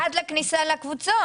עד לכניסה לקבוצות.